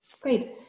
Great